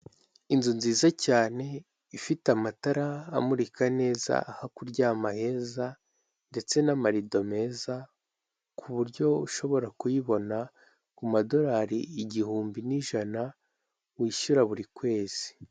Inzu nziza cyane ifite amatara amurika neza, aho kuryama heza ndetse n'amarido meza kuburyo ushobora kuyibona kumadorari igihumbi n'ijana wishyura buri kwezi.